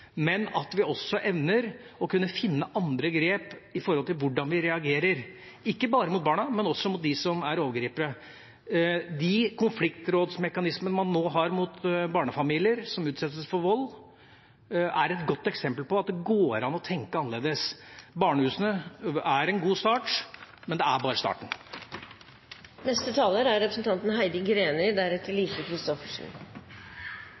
men at vi også evner å finne andre grep med hensyn til hvordan vi reagerer, ikke bare mot barna, men også mot dem som er overgripere. De konfliktrådsmekanismene man nå har for barnefamilier der det er vold, er et godt eksempel på at det går an å tenke annerledes. Barnehusene er en god start, men det er bare starten. Nærpoliti er